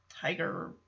tiger